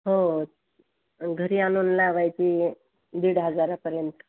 हो घरी आणून लावायची दीड हजारापर्यंत